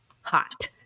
hot